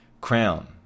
crown